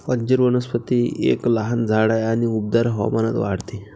अंजीर वनस्पती एक लहान झाड आहे आणि उबदार हवामानात वाढते